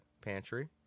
Pantry